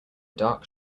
dark